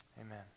Amen